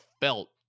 felt